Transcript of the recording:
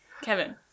Kevin